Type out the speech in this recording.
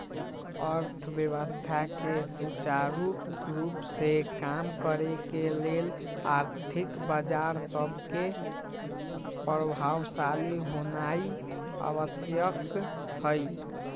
अर्थव्यवस्था के सुचारू रूप से काम करे के लेल आर्थिक बजार सभके प्रभावशाली होनाइ आवश्यक हइ